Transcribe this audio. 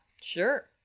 sure